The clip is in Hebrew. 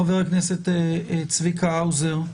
חבר הכנסת צביקה האוזר,